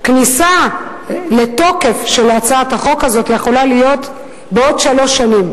כשהכניסה לתוקף של הצעת החוק הזאת יכולה להיות בעוד שלוש שנים,